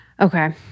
Okay